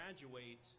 graduate